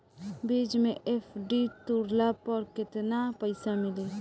बीच मे एफ.डी तुड़ला पर केतना पईसा मिली?